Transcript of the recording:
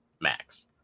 max